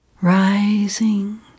Rising